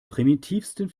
primitivsten